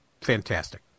Fantastic